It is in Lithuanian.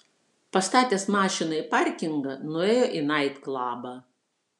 pastatęs mašiną į parkingą nuėjo naitklabą